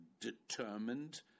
determined